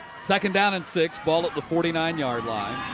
second down and six. ball at the forty nine yard line.